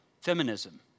feminism